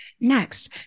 Next